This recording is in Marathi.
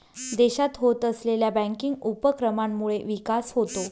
देशात होत असलेल्या बँकिंग उपक्रमांमुळे विकास होतो